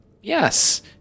Yes